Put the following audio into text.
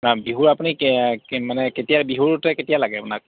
বিহু আপুনি কেই মানে কেতিয়া বিহুতে কেতিয়া লাগে আপোনাক